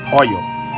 oil